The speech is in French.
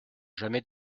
jamais